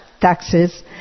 taxes